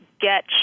get